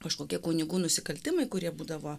kažkokie kunigų nusikaltimai kurie būdavo